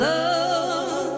Love